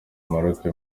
maroke